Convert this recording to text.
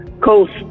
Coast